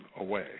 away